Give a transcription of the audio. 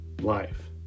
life